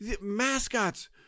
mascots